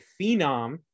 phenom